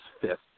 fifth